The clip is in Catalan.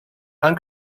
han